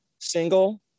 single